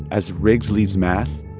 as riggs leaves mass,